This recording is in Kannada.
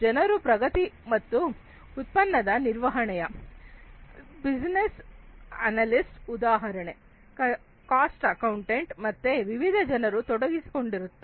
ಜನರು ಪ್ರಗತಿ ಮತ್ತುಉತ್ಪನ್ನದ ನಿರ್ವಹಣೆಯ ಬಿಸಿನೆಸ್ ಅನಲಿಸ್ಟ್ ಉದಾಹರಣೆ ಕಾಸ್ಟ್ ಅಕೌಂಟೆಂಟ್ ಮತ್ತೆ ವಿವಿಧ ಜನರು ತೊಡಗಿಸಿಕೊಂಡಿರುತ್ತಾರೆ